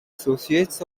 associates